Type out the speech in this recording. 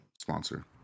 sponsor